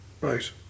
Right